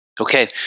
Okay